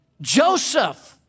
Joseph